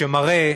שמראה